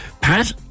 Pat